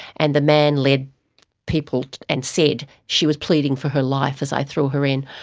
and the man led people, and said, she was pleading for her life as i threw her in.